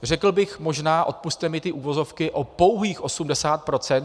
Řekl bych možná, odpusťte mi ty uvozovky, o pouhých 80 %.